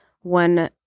one